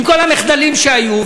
עם כל המחדלים שהיו,